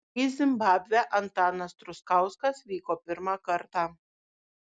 į zimbabvę antanas truskauskas vyko pirmą kartą